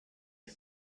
wer